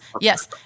Yes